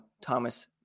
Thomas